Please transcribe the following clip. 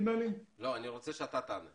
אני רוצה שאתה תענה.